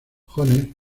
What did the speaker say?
jones